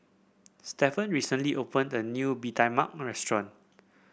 Stefan recently opened a new Bee Tai Mak restaurant